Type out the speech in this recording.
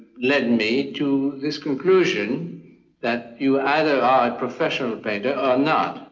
led me to this conclusion that you either are a professional painter or not.